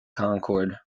concord